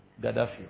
Gaddafi